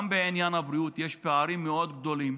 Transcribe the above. גם בעניין הבריאות יש פערים מאוד גדולים